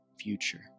future